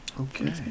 Okay